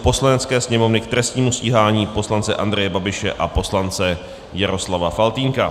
Poslanecké sněmovny k trestnímu stíhání poslance Andreje Babiše a poslance Jaroslava Faltýnka